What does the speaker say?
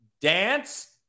dance